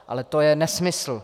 Ale to je nesmysl.